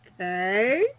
Okay